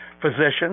Physicians